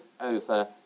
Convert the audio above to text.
over